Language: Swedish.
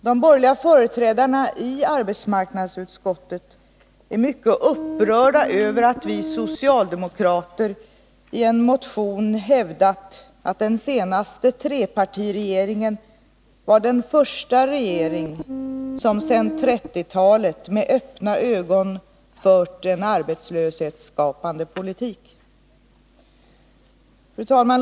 De borgerliga företrädarna i arbetsmarknadsutskottet är därför mycket upprörda över att vi socialdemokrater i en motion har hävdat att den senaste trepartiregeringen var den första regering som sedan 1930-talet med öppna ögon fört en arbetslöshetsskapande politik. Fru talman!